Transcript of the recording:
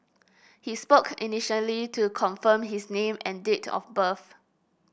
he spoke initially to confirm his name and date of birth